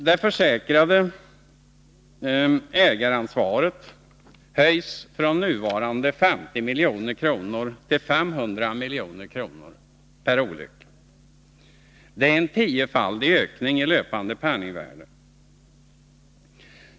Det försäkrade ägaransvaret höjs från nuvarande 50 milj.kr. till 500 milj.kr. per olycka. Det är en tiofaldig ökning i löpande penningvärde.